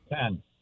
Ten